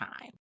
time